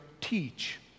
teach